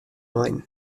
ein